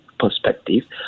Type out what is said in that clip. perspective